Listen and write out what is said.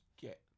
get